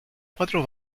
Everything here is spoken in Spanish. cuatro